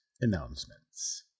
announcements